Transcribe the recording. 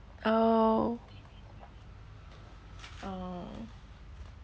oh uh